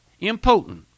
impotent